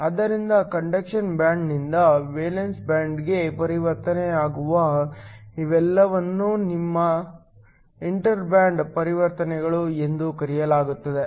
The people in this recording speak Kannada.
ಆದ್ದರಿಂದ ಕಂಡಕ್ಷನ್ ಬ್ಯಾಂಡ್ನಿಂದ ವೇಲೆನ್ಸ್ ಬ್ಯಾಂಡ್ಗೆ ಪರಿವರ್ತನೆ ಆಗುವ ಇವೆಲ್ಲವನ್ನೂ ನಿಮ್ಮ ಇಂಟರ್ ಬ್ಯಾಂಡ್ ಪರಿವರ್ತನೆಗಳು ಎಂದು ಕರೆಯಲಾಗುತ್ತದೆ